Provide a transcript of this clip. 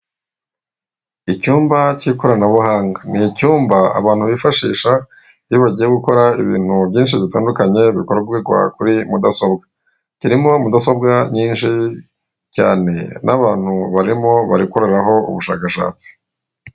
Icyumba k'ikoranabuhanga ni icyumba abantu bifashisha iyo bagiye gukora ibintu byinshi bitandukanye bikorerwa kuri mudasobwa, kirimo mudasobwa nyinshi cyane n'abantu barimo barakoreraho ubushakashatsi.